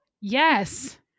Yes